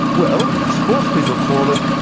well the sports people call it,